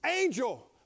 angel